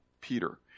Peter